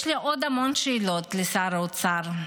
יש לי עוד המון שאלות לשר האוצר,